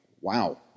wow